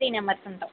three members ఉంటాం